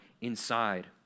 inside